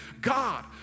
God